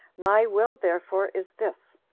my will therefore is this,